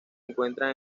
encuentran